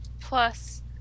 plus